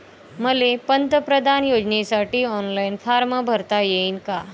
मले पंतप्रधान योजनेसाठी ऑनलाईन फारम भरता येईन का?